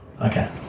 Okay